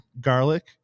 Garlic